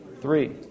Three